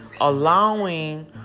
allowing